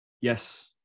Yes